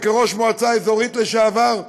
וכראש מועצה אזורית לשעבר,